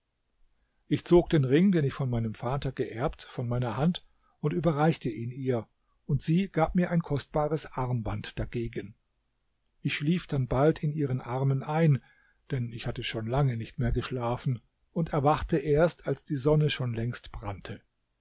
ich zog den ring den ich von meinem vater geerbt von meiner hand und überreichte ihn ihr und sie gab mir ein kostbares armband dagegen ich schlief dann bald in ihren armen ein denn ich hatte schon lange nicht mehr geschlafen und erwachte erst als die sonne schon längst brannte